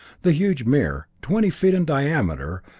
the huge mirror, twenty feet in diameter,